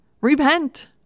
Repent